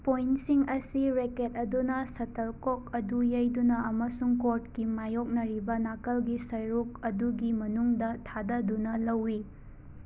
ꯄꯣꯏꯟꯁꯤꯡ ꯑꯁꯤ ꯔꯦꯀꯦꯠ ꯑꯗꯨꯅ ꯁꯇꯜꯀꯣꯛ ꯑꯗꯨ ꯌꯩꯗꯨꯅ ꯑꯃꯁꯨꯡ ꯀꯣꯔꯠꯀꯤ ꯃꯥꯌꯣꯛꯅꯔꯤꯕ ꯅꯥꯀꯟꯒꯤ ꯁꯔꯨꯛ ꯑꯗꯨꯒꯤ ꯃꯅꯨꯡꯗ ꯊꯥꯗꯗꯨꯅ ꯂꯧꯏ